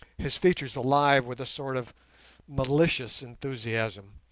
his features alive with a sort of malicious enthusiasm,